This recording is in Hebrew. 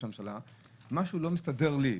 משהו לא מסתדר לי,